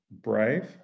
brave